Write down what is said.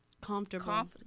comfortable